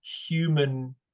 human